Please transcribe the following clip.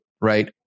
right